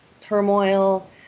turmoil